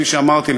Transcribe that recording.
כפי שאמרתי,